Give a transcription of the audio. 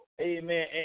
amen